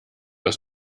aus